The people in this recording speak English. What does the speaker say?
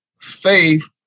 faith